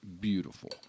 beautiful